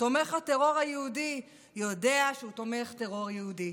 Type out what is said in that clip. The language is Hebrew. תומך הטרור היהודי יודע שהוא תומך טרור יהודי,